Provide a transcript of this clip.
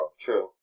True